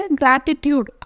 gratitude